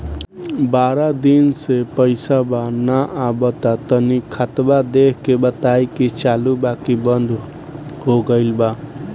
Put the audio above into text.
बारा दिन से पैसा बा न आबा ता तनी ख्ताबा देख के बताई की चालु बा की बंद हों गेल बा?